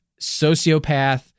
sociopath